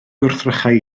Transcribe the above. gwrthrychau